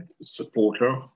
supporter